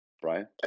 brian